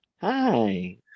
Hi